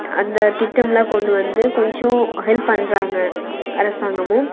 அந்த திட்டம்லாம் கொண்டு வந்து கொஞ்சம் ஹெல்ப் பண்ணுறாங்க அரசாங்கமும்